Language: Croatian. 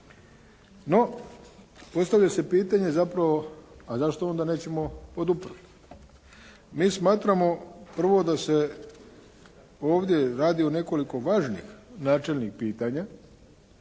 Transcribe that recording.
No, postavlja se pitanje zapravo, a zašto onda nećemo poduprt. Mi smatramo prvo da se ovdje radi o nekoliko važnih načelnih pitanja